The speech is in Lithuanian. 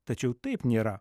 tačiau taip nėra